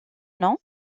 nom